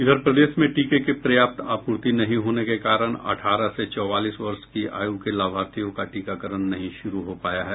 इधर प्रदेश में टीके की पर्याप्त आपूर्ति नहीं होने के कारण अठारह से चौवालीस वर्ष की आय़ के लाभार्थियों का टीकाकरण नहीं शुरू हो पाया है